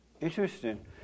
Interesting